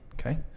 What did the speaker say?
Okay